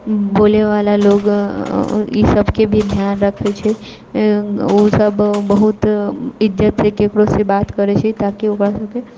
बोलैवला लोक ई सभके भी ध्यान रखै छै उ सभ बहुत इज्जतसँ ककरोसँ बात करै छै ताकि ओकरा सभके